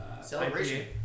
Celebration